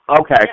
Okay